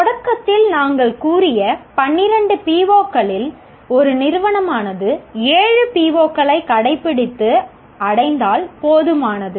தொடக்கத்தில் நாங்கள் கூறிய 12 PO க்களில் ஒரு நிறுவனமானது 7 PO க்களை கடைப்பிடித்து அடைந்தால் போதுமானது